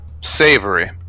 savory